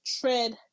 Tread